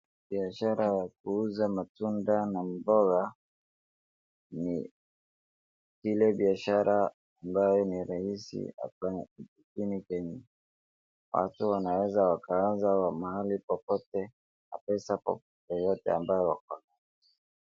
Biashara ya kuuza matunda na mboga ni kile biashara ambayo ni rahisi hapa nchini kenya. Watu wanaweza wakaanza mahali popote na pesa yoyote ambayo wako nayo.